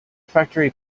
factory